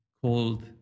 called